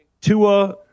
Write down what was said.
Tua